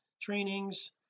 trainings